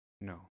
No